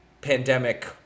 pandemic